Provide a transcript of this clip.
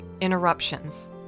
interruptions